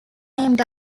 named